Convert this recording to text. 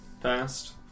fast